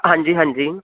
ਹਾਂਜੀ ਹਾਂਜੀ